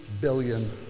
billion